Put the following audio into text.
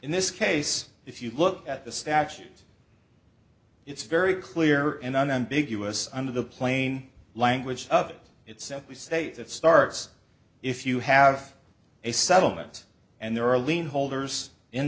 in this case if you look at the statute it's very clear in unambiguous under the plain language of it it says we say it starts if you have a settlement and there are a lien holders in